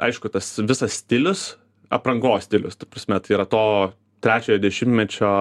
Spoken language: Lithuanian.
aišku tas visas stilius aprangos stilius ta prasme tai yra to trečiojo dešimtmečio